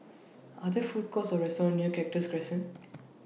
Are There Food Courts Or restaurants near Cactus Crescent